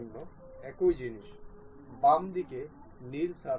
এটি সর্বাধিক মান যা এই কোণটি যেতে পারে এমন সর্বাধিক সীমা